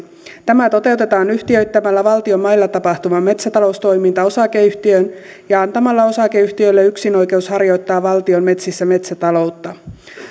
tämä toteutetaan yhtiöittämällä valtion mailla tapahtuva metsätaloustoiminta osakeyhtiöön ja antamalla osakeyhtiölle yksinoikeus harjoittaa valtion metsissä metsätaloutta